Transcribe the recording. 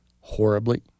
horribly